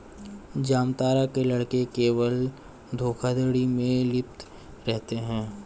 जामतारा के लड़के केवल धोखाधड़ी में लिप्त रहते हैं